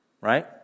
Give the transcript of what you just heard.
right